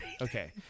Okay